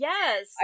Yes